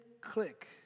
click